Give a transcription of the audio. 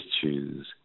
choose